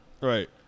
Right